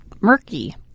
murky